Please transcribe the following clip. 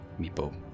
Meepo